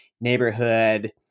neighborhood